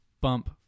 bump